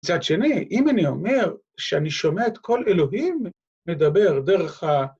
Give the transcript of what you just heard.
מצד שני, אם אני אומר שאני שומע את קול אלוהים מדבר דרך ה...